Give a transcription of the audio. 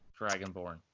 Dragonborn